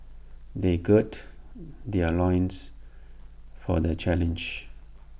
they gird their loins for the challenge